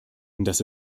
das